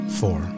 four